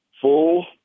full